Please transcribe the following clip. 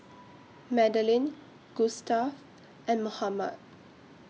Madelyn Gustave and Mohamed